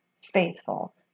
faithful